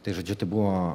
tai žodžiu tai buvo